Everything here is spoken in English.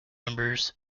members